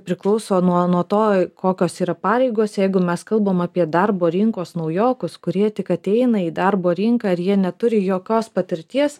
priklauso nuo nuo to kokios yra pareigos jeigu mes kalbam apie darbo rinkos naujokus kurie tik ateina į darbo rinką ir jie neturi jokios patirties